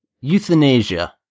Euthanasia